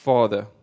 Father